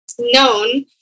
known